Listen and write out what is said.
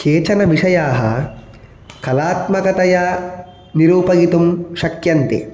केचनविषयाः कलात्मकतया निरूपयितुं शक्यन्ते